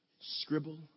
Scribble